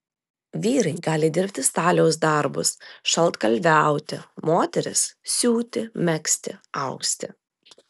vyrai gali dirbti staliaus darbus šaltkalviauti moterys siūti megzti austi